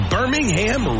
Birmingham